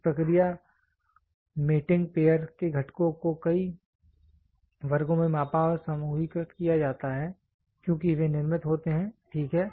इस प्रक्रिया मेंटिंग पेयर के घटकों को कई वर्गों में मापा और समूहीकृत किया जाता है क्योंकि वे निर्मित होते हैं ठीक हैं